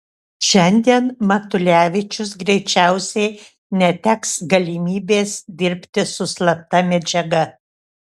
šiandien matulevičius greičiausiai neteks galimybės dirbti su slapta medžiaga